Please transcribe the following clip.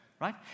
right